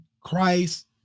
Christ